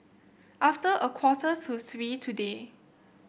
after a quarter to three today